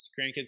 grandkids